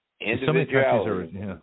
Individuality